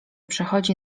przechodzi